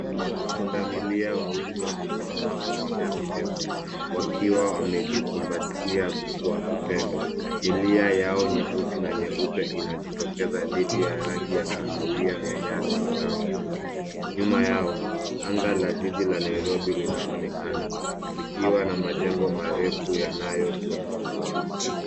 Punda milia wawili wamesimama kwenye nyasi ndefu, wakiwa wamejikumbatia kwa upendo. Milia yao nyeusi, na nyeupe inajitokeza dhidi ya rangi ya kahawia ya nyasi kavu. Nyuma yao, anga la jiji la Nairobi linaonekana, likiwa na majengo marefu yanayochomoza.